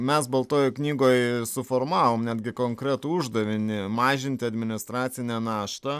mes baltojoje knygoje suformavom netgi konkretų uždavinį mažinti administracinę naštą